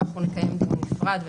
אנחנו נקיים דיון בנפרד,